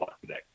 today